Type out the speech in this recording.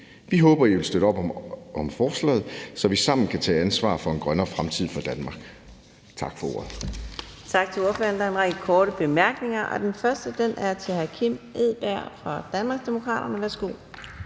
Vi håber, I vil støtte op om forslaget, så vi sammen kan tage ansvar for en grønnere fremtid for Danmark.